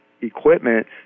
equipment